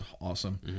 awesome